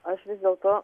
aš vis dėl to